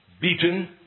beaten